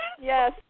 Yes